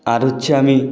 আর হচ্ছে আমি